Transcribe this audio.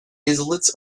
islets